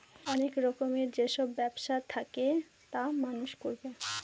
অনেক রকমের যেসব ব্যবসা থাকে তা মানুষ করবে